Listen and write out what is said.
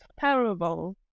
terrible